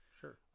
Sure